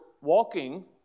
walking